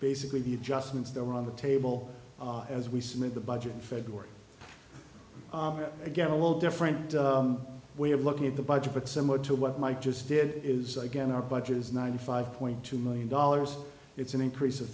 basically the adjustments there were on the table as we submit the budget in february again a whole different way of looking at the budget but similar to what mike just did is again our budget is ninety five point two million dollars it's an increase of